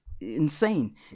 insane